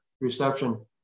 reception